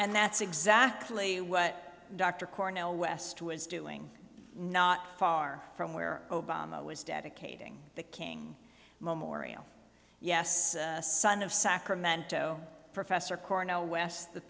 and that's exactly what dr cornel west was doing not far from where obama was dedicating the king memorial yes son of sacramento professor cornel west the